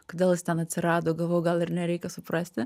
kodėl jis ten atsirado galvojau gal ir nereikia suprasti